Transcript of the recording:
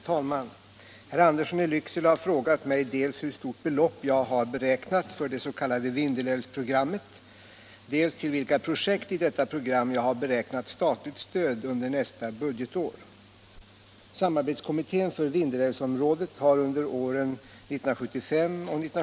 Herr talman! Herr Andersson i Lycksele har frågat mig dels hur stort belopp jag har beräknat för det s.k. Vindelälvsprogrammet, dels till vilka projekt i detta program jag har beräknat statligt stöd under nästa budgetår.